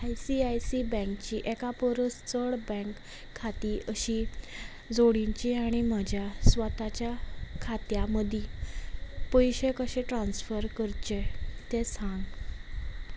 I C I C बँकची एका परस चड बँक खातीं अशीं जोडींची आनी म्हज्या स्वताच्या खात्या मदीं पयशे कशे ट्रान्स्फर करचे तें सांग